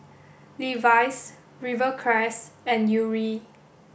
Levi's Rivercrest and Yuri